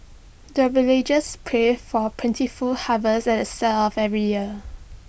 the villagers pray for plentiful harvest at the start of every year